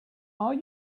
are